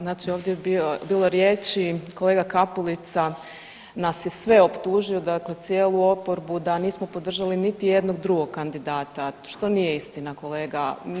Znači ovdje je bilo riječi, kolega Kapulica nas je sve optužio dakle cijelu oporbu da nismo podržali niti jednog drugog kandidata, što nije istina, kolega.